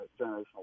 generational